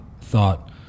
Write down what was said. thought